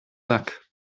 luck